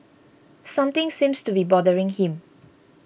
something seems to be bothering him